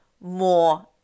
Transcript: more